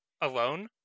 alone